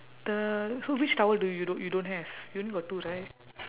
the so which towel do you do~ you don't have you only got two right